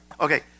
Okay